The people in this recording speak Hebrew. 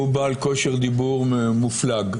והוא בעל כושר דיבור מופלג.